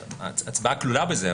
ההצבעה כלולה בזה,